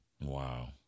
wow